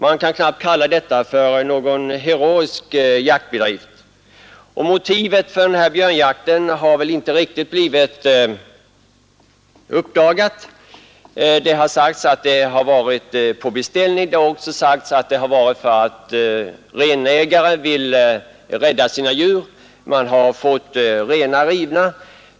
Man kan knappast kalla detta för en heroisk jaktbedrift. Motivet för denna björnjakt har väl inte riktigt klarlagts. Det har sagts att det skett på beställning, att det varit fråga om renägare som vill rädda sina djur, sedan de blivit rivna.